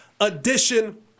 edition